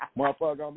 motherfucker